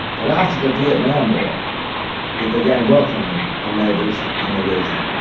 but after the vietnam war we began welcoming our neighbours in the region.